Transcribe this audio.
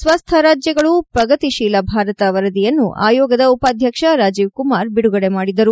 ಸ್ವಸ್ಥ ರಾಜ್ಯಗಳು ಪ್ರಗತಿಶೀಲ ಭಾರತ ವರದಿಯನ್ನು ಆಯೋಗದ ಉಪಾಧ್ಯಕ್ಷ ರಾಜೀವ್ ಕುಮಾರ್ ಬಿಡುಗಡೆ ಮಾಡಿದರು